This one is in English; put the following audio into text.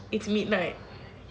it's midnight